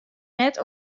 net